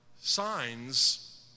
signs